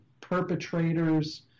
perpetrators